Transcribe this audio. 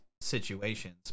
situations